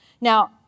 Now